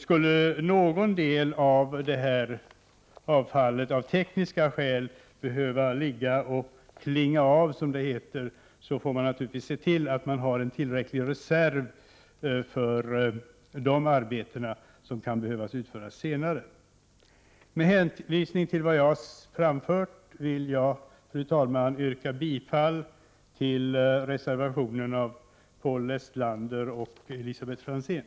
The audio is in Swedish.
Skulle någon del av avfallet av tekniska skäl behöva ligga och klinga av, som det heter, får man naturligtvis se till att man har en tillräcklig reserv för arbeten som kan behöva utföras senare. Med hänvisning till vad jag har anfört vill jag, fru talman, yrka bifall till reservationen av Paul Lestander och Elisabet Franzén.